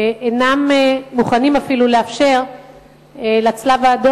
שאינם מוכנים אפילו לאפשר לצלב-האדום